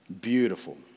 beautiful